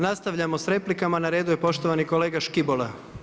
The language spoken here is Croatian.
Nastavljamo s replikama, na redu je poštovani kolega Škibola.